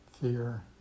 fear